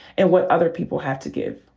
and what other people have to give.